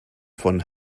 von